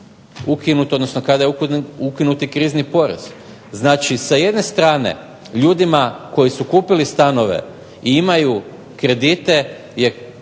istog onog dana kada je ukinut krizni porez. Znači sa jedne strane ljudima koji su kupili stanove i imaju kredite